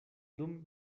dum